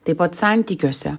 taip pat santykiuose